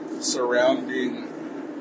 surrounding